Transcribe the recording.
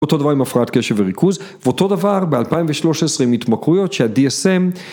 אותו דבר עם הפרעת קשב וריכוז ואותו דבר ב-2013 מהתמכרויות שה-DSM